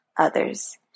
others